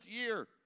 year